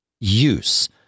use